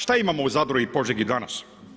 Šta imamo u Zadru i Požegi danas?